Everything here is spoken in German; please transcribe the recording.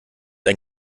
ein